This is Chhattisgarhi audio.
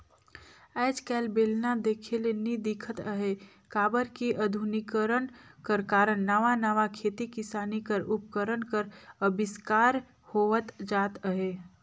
आएज काएल बेलना देखे ले नी दिखत अहे काबर कि अधुनिकीकरन कर कारन नावा नावा खेती किसानी कर उपकरन कर अबिस्कार होवत जात अहे